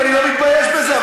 ואני לא מתבייש בזה.